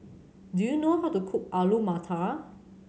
do you know how to cook Alu Matar